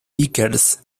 vickers